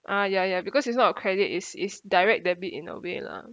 ah ya ya because it's not a credit is is direct debit in a way lah